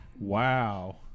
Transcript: Wow